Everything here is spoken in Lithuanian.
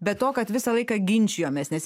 be to kad visą laiką ginčijomės nes